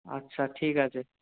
আচ্ছা ঠিক আছে